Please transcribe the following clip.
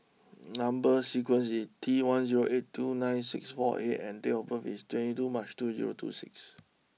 number sequence is T one zero eight two nine six four A and date of birth is twenty two March two zero two six